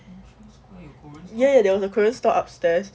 ya ya there was a korean store upstairs